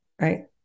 right